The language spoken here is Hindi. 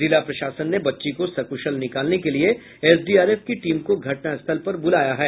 जिला प्रशासन ने बच्ची को सकुशल निकालने के लिए एसडीआरएफ की टीम को घटनास्थल पर बुलाया है